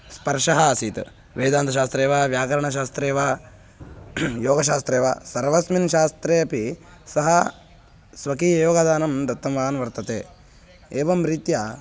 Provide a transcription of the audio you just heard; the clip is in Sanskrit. स्पर्शः आसीत् वेदान्तशास्त्रे वा व्याकरणशास्त्रे वा योगशास्त्रे वा सर्वस्मिन् शास्त्रे अपि सः स्वकीययोगदानं दत्तवान् वर्तते एवं रीत्या